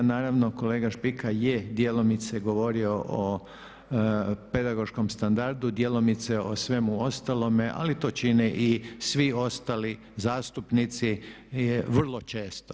Naravno, kolega Špika je djelomice govorio o pedagoškom standardu, djelomice o svemu ostalome ali to čini i svi ostali zastupnici vrlo često.